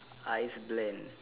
ice blend